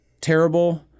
terrible